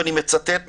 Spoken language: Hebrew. ואני מצטט מפה,